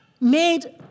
made